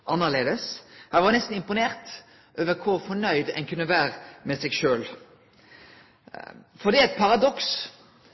var nesten imponert over kor fornøgd ein kunne vere med seg